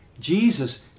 Jesus